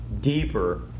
deeper